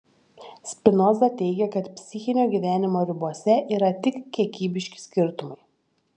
spinoza teigia kad psichinio gyvenimo ribose yra tik kiekybiški skirtumai